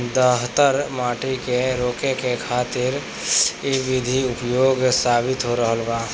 दहतर माटी के रोके खातिर इ विधि उपयोगी साबित हो रहल बा